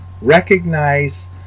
Recognize